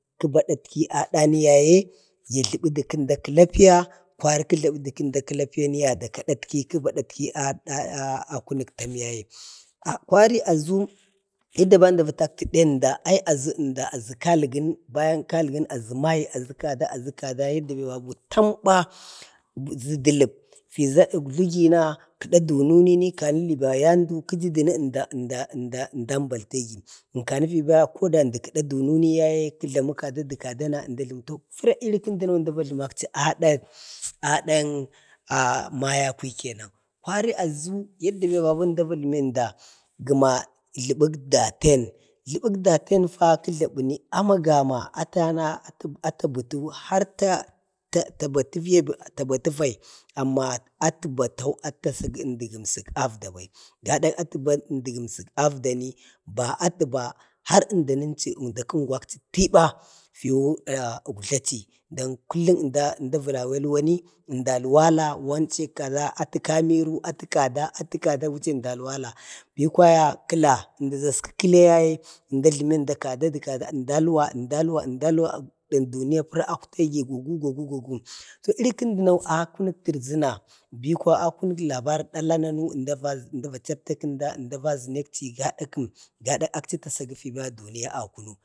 kəba adatki adani yaye, ya jləbi də kənda kəlapiya kwari kə jləbə də kənda kəlapiya ni yada kadatki, kəba adatki a kunu tam yaye. kwari aʒu tina vandu a tutkəde əmda da aʒu kalgən bayan kalgən aʒu mai aʒu kada aʒu kada yadda be baby tamba ʒə dələp. iʒa ugjligina, kəda dunini kəla ba yadu əmda am baltegi kwari fiba koda kəda dununi yaye. kəma ke kada də kadana iri kəndəno əmda va jləmak chi adan ah maya kwai kenan. kwari aʒu yadda babu əmda va jləmenda, gəma jləbək daten. jləbək datenfa kə jləbəni, ama gama ata batu harta tabati fai, gada atə gəmsi afdani ba atə ba har əndaninchi, əmdan unguwachi ba giwu ugjlachi, don kullum əmda vərawo ilwani əmda alwala, wance kaʒa atə kameru, atə kada, atʒ kadawu chen əmda alwala. bi kwaya kəla, əmdi daskə kəla yaye əmda, jləmi be kada də kada əmda alwa, əmda alwe əmdak duniya talla akwta-gwa-gu-gwagu, to iri kəndano a kunuk tərʒəna, bikwa a kunuk labar, har dala nanu əmda va chaptakənda əmda va ʒənekchi, va ʒənekchi gada kəm, gada akchi tasagi fiba duniya a kunu.